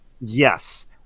Yes